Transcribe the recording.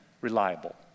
reliable